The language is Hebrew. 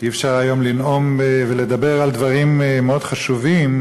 אי-אפשר היום לנאום ולדבר על דברים מאוד חשובים,